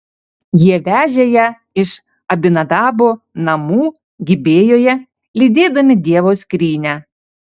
jie vežė ją iš abinadabo namų gibėjoje lydėdami dievo skrynią